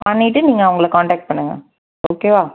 பண்ணிட்டு நீங்கள் அவங்கள காண்டாக்ட் பண்ணுங்கள் ஓகேவா